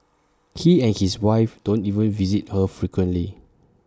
he and his wife don't even visit her frequently